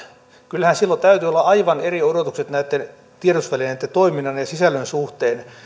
kyllähän silloin täytyy olla aivan eri odotukset näitten tiedotusvälineitten toiminnan ja sisällön suhteen